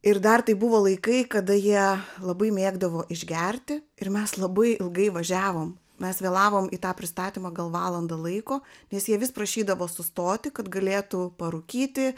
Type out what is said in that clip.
ir dar tai buvo laikai kada jie labai mėgdavo išgerti ir mes labai ilgai važiavom mes vėlavom į tą pristatymą gal valandą laiko nes jie vis prašydavo sustoti kad galėtų parūkyti